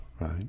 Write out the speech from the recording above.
right